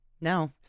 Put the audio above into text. No